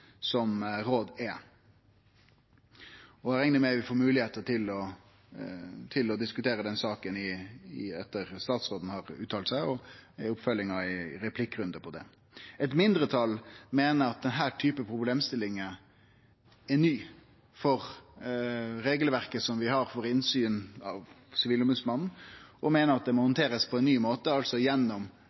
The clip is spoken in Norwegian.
som råd er. Eg reknar med at vi får moglegheit til å diskutere den saka etter at statsråden har uttalt seg, og i oppfølginga i replikkrunden etterpå. Eit mindretal meiner at denne typen problemstillingar er ny for regelverket som Sivilombodsmannen har for innsyn, og meiner at dette må handterast på ein ny måte gjennom